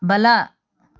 ಬಲ